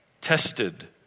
tested